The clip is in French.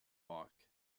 park